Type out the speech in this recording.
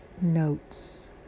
notes